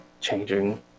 changing